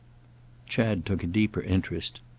chad took a deeper interest.